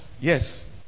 Yes